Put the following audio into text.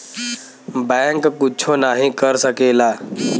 bank कुच्छो नाही कर सकेला